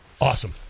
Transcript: Awesome